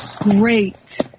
great